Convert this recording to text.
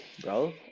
bro